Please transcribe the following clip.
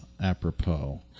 Apropos